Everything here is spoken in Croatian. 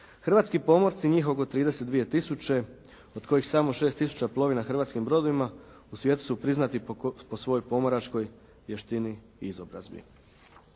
Hrvatski pomorci, njih oko 32 tisuće od kojih samo 6 tisuća plovi na hrvatskim brodovima u svijetu su priznati po svojoj pomoračkoj vještini i izobrazbi.